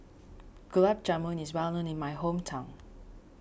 Gulab Jamun is well known in my hometown